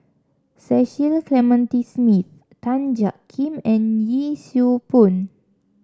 Cecil Clementi Smith Tan Jiak Kim and Yee Siew Pun